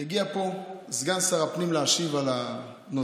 הגיע לפה סגן שר הפנים להשיב על הנושא.